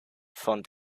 von